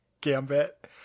Gambit